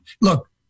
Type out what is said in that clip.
Look